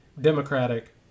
Democratic